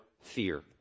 fear